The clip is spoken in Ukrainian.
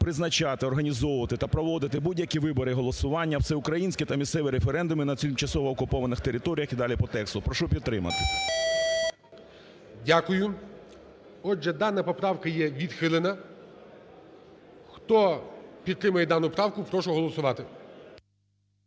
призначати, організовувати та проводити будь-які вибори, голосування, всеукраїнський та місцеві референдуми на тимчасово окупованих територіях", – і далі по тексту. Прошу підтримати. ГОЛОВУЮЧИЙ. Дякую. Отже, дана поправка є відхилена. Хто підтримує дану правку прошу голосувати.